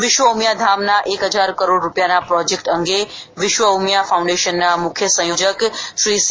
વિશ્વ ઉમીયાધામના એક હજાર કરોડ રૂપિયાના પ્રોજેકટ અંગે વિશ્વ ઉમિયા ફાઉન્ડેશના મુખ્ય સંયોજક શ્રી સી